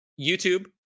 YouTube